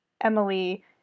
Emily